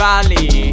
Valley